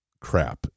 crap